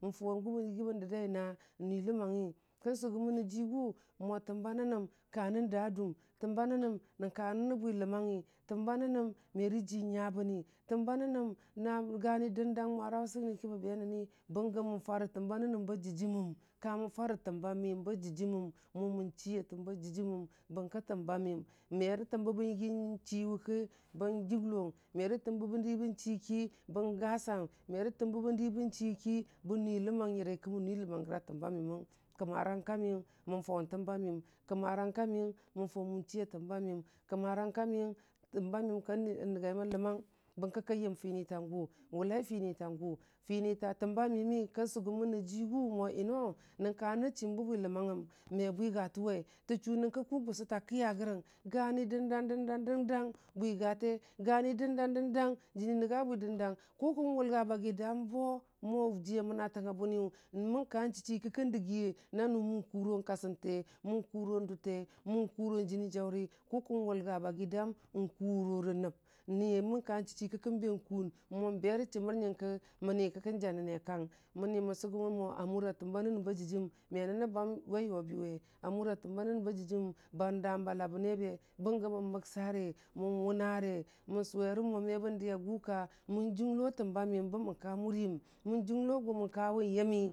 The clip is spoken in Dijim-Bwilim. Gʊbəndii nan dədai bənda jʊmi, kən sʊ gʊmən rəjiigʊ mo təmba nənəm ka nən da dʊʊm, təmba nənəm nən ka nənə bwiləmangyi, təmba nənəm merə ji nya bəni, təmba nənəm gani dəndang mwarə wʊsəgniki, bə be nəni, bəngə mə farə təmba nənəm ba dəjimem, ka mən farə təmba məyim bə dəjimam mo mən chii a təmba dəjiməm bənki ntəm ba məyim merə təmbə bən yigii nchii wʊka, bən jʊnglong, merə təmba bə nyi gi nchii wʊki bən gəsang, merə təmbə bən yigii nchii ki bən nui ləmang nyarə ki mən nuiləmangərə a təmba məyəng. Kmmərang ka məyəng mən faʊ mən chii a təmba məyəm. Kmmarəngka məyəng təmba məyəm ka nəngaimən ləmang bərki kənyəm fiini təngʊ, nwʊlai fiini təngʊ? Fiini ta təmba məyəmmakən sʊgʊmən rə jiigʊ mo yino, nənkanənə chiimbə bwiləmangəm me bwigatəwe, tə chʊʊ nyəra rəkʊ gʊsʊta kiya grəng, gani dəndany dəndang bwigate, gani dəndang dəndang jiini nyəbwi dən dang, ku kən wʊlga bagi dəəmboo mo jii a mnətang a bʊniyang, mən ka chii chii ki kən digiye nʊʊ mən kʊro kasənte, mən kʊro dʊte, mən kʊro jiinijəʊri, kʊkən wʊlga bagi, dəəm nkʊrorə nəb, nii mən ka chii chii ki kən be kʊʊn mo berə chimər yinke mən kə kaŋ janənne kang, məni mən sʊgʊmənmo a mʊrə təmba nənəm ba dəjim me nənə wai yʊbiwe a mʊra təmba nənəm ba dəjim bəəm dəəmbə ba ləbənebe bəngə mən məksəre, mən wʊnəre mən sʊwerə mo me bən diya gʊ kə mən jʊnglo a təmba məyem bə mən kəmuriyəm.